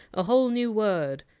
a whole new word.